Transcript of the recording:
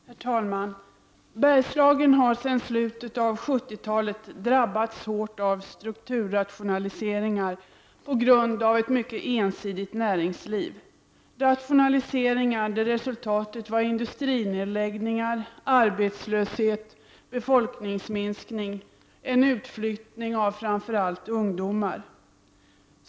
Herr talman! Bergslagen har sedan slutet av 70-talet drabbats hårt av strukturrationaliseringar på grund av ett mycket ensidigt näringsliv. Rationaliseringar har lett till industrinedläggningar, arbetslöshet och befolkningsminskning. En utflyttning har skett av framför allt ungdomar.